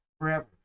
forever